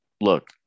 look